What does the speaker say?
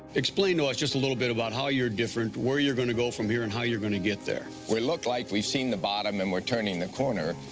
explain to us just a little bit about how you're different, where you're going to go from here, and how you're going to get there. we look like we've seen the bottom and we're turning the corner.